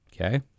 Okay